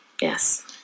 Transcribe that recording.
yes